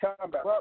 combat